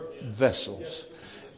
vessels